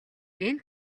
энэ